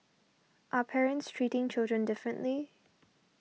are parents treating children differently